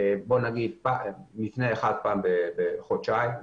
מבנה אחד פעם בחודשיים.